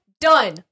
done